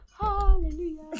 Hallelujah